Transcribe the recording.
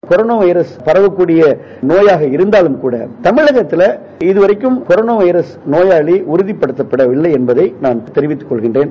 seconds corona virus பரவக்கூடிய நோயாக இருந்தாலும் கூட தமிழகத்தில இதுவரைக்கும் கொரோனா வைரஸ் நோயாளி உறுதிப்படுத்தப்படவில்லை என்பதை நான் தெரிவித்துக் கொள்கின்றேன்